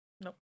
Nope